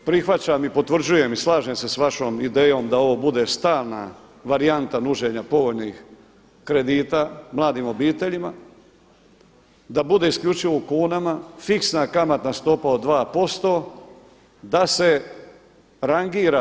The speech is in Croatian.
Prihvaćam i potvrđujem i slažem se sa vašom idejom da ovo bude stalna varijanta nuđenja povoljnih kredita mladim obiteljima, da bude isključivo u kunama, fiksna kamatna stopa od 2%, da se rangira.